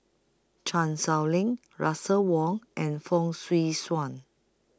Chan Sow Lin Russel Wong and Fong Swee Suan